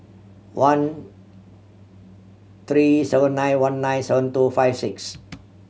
one three seven nine one nine seven two five six